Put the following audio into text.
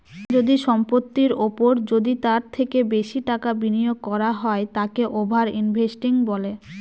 যদি সম্পত্তির ওপর যদি তার থেকে বেশি টাকা বিনিয়োগ করা হয় তাকে ওভার ইনভেস্টিং বলে